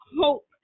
hope